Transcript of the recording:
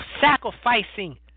sacrificing